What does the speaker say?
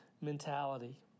mentality